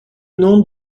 nom